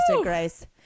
grace